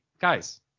guys